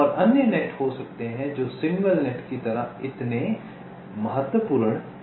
और अन्य नेट हो सकते हैं जो सिग्नल नेट की तरह इतने महत्वपूर्ण नहीं हैं